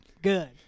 good